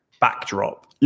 backdrop